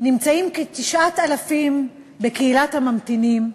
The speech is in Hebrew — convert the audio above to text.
נמצאים כ-9,000 בקהילת הממתינים,